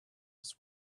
was